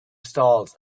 stalls